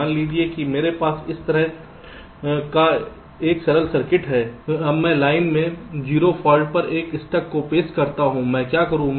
मान लीजिए कि मेरे पास इस तरह का एक सरल सर्किट है अब मैं लाइन में 0 फॉल्ट पर एक स्टक को पेश करना चाहता हूं मैं क्या करूं